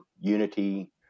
unity